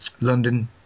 London